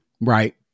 Right